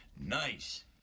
nice